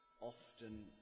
often